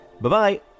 Bye-bye